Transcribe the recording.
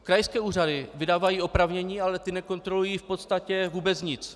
Krajské úřady vydávají oprávnění, ale ty nekontrolují v podstatě vůbec nic.